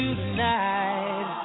tonight